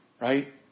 Right